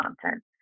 content